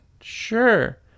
Sure